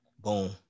Boom